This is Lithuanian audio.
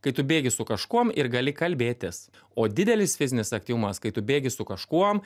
kai tu bėgi su kažkuom ir gali kalbėtis o didelis fizinis aktyvumas kai tu bėgi su kažkuom